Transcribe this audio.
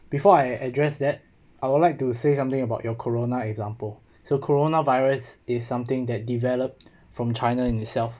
before I address that I would like to say something about your corona example so corona virus is something that developed from china in the itself